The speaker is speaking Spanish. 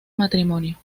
matrimonio